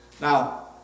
now